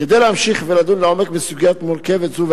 כדי להמשיך ולדון לעומק בסוגיה מורכבת זו,